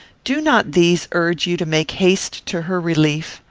do not these urge you to make haste to her relief?